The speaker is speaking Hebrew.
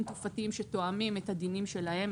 תעופתיים שתואמים את הדינים שלהם,